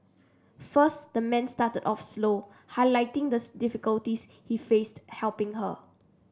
first the man started off slow highlighting the difficulties he faced helping her